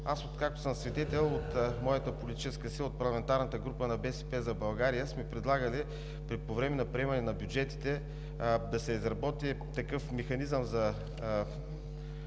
аз, откакто съм свидетел, от моята политическа сила – от парламентарната група на „БСП за България“, сме предлагали по време на приемане на бюджетите да се изработи такъв механизъм за